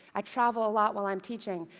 i travel a lot while i'm teaching,